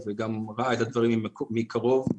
וראה את הדברים מקרוב.